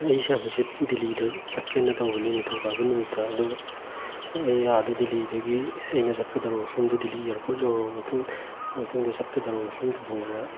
ꯑꯩꯁꯦ ꯍꯪꯆꯤꯠ ꯗꯤꯂꯤꯗ ꯆꯠꯀꯦꯅ ꯇꯧꯕꯅꯤ ꯅꯤꯡꯊꯧꯀꯥꯕ ꯅꯨꯃꯤꯠꯇ ꯑꯗꯣ ꯑꯩ ꯑꯥꯗ ꯗꯤꯂꯤꯗꯒꯤ ꯑꯩꯅ ꯆꯠꯀꯗꯧꯔꯤꯕ ꯃꯐꯝꯗꯨ ꯗꯤꯂꯤ ꯑꯦꯌꯥꯔꯄꯣꯔꯠ ꯌꯧꯔꯕ ꯃꯇꯨꯡꯗ ꯆꯠꯀꯗꯧꯔꯤꯕ ꯃꯐꯝꯗꯨ ꯐꯥꯎꯕ